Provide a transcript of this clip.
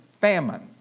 famine